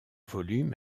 volume